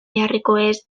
beharrekoez